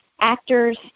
actors